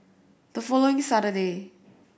the following Saturday